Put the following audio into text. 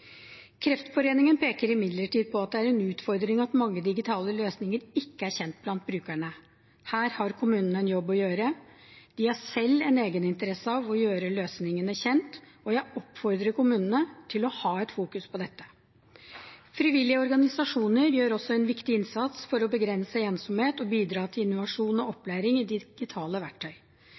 Kreftforeningen peker imidlertid på at det er en utfordring at mange digitale løsninger ikke er kjent blant brukerne. Her har kommunene en jobb å gjøre. De har selv en egeninteresse av å gjøre løsningene kjent, og jeg oppfordrer kommunene til å ha et fokus på dette. Frivillige organisasjoner gjør også en viktig innsats for å begrense ensomhet og bidra til innovasjon og opplæring i digitale verktøy.